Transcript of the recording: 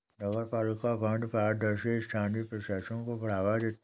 नगरपालिका बॉन्ड पारदर्शी स्थानीय प्रशासन को बढ़ावा देते हैं